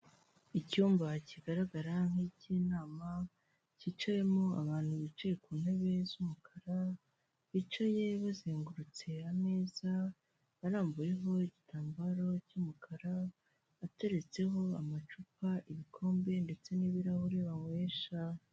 Icyumba kigaragara nki icy'inama cyicayemo abantu bicaye ku ntebe z'umukara bicaye bazengurutse ameza arambuyeho igitambaro cy'umukara ateretseho amacupa ibikombe ndetse n'ibirahuri bankwesha.